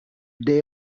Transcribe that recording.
they